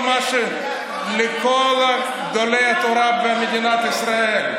לכל גדולי התורה במדינת ישראל.